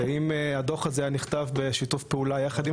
אם הדוח הזה היה נכתב בשיתוף פעולה יחד עם